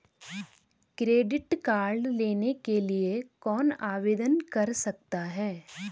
Credit card लेने के लिए कौन आवेदन कर सकता है?